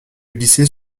glisser